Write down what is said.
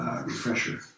refresher